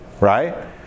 right